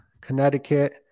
Connecticut